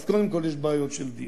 אז קודם כול יש בעיות של דיור.